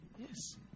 Yes